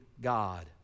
God